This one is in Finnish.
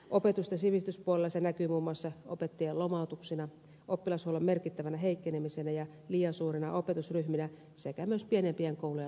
opetus ja sivistyspuolella se näkyy muun muassa opettajien lomautuksina oppilashuollon merkittävänä heikkenemisenä ja liian suurina opetusryhminä sekä myös pienempien koulujen lakkauttamisina